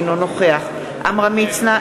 אינו נוכח עמרם מצנע,